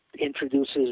introduces